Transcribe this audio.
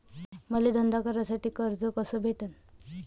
मले धंदा करासाठी कर्ज कस भेटन?